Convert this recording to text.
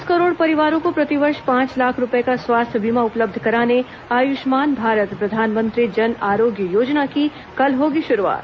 दस करोड़ परिवारों को प्रतिवर्ष पांच लाख रूपये का स्वास्थ्य बीमा उपलब्ध कराने आयुष्मान भारत प्रधानमंत्री जन आरोग्य योजना की कल होगी शुरूआत